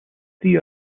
three